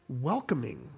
welcoming